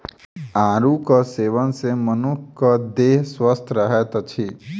आड़ूक सेवन सॅ मनुखक देह स्वस्थ रहैत अछि